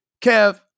Kev